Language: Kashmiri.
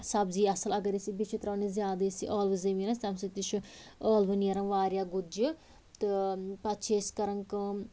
سبزی اَصٕل اگر أسۍ یہِ بیٚیہِ چھِ ترٛاوان یہِ زیادٕ أسۍ یہِ ٲلوٕ زٔمیٖنس تَمہِ سۭتۍ تہِ چھُ ٲلوٕ نیران وارِیاہ گُتجہِ تہٕ پتہٕ چھِ أسۍ کَران کٲم